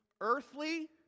earthly